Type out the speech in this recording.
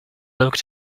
looked